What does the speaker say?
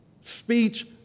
speech